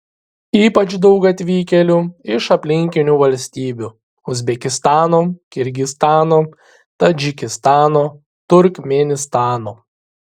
ypač daug atvykėlių iš aplinkinių valstybių uzbekistano kirgizstano tadžikistano turkmėnistano